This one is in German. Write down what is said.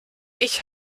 ich